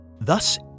Thus